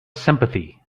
sympathy